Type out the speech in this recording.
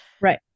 right